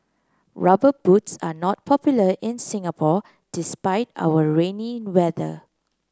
rubber boots are not popular in Singapore despite our rainy weather